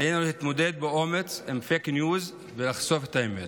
עלינו להתמודד באומץ עם פייק ניוז ולחשוף את האמת.